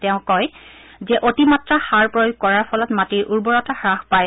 তেওঁ কয় যে অতিমাত্ৰা সাৰ প্ৰয়োগ কৰাৰ ফলত মাটিৰ উৰ্বৰতা হাস পায়